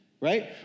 right